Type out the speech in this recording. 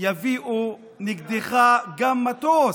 יביאו נגדך גם מטוס,